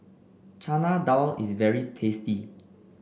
Chana Dal is very tasty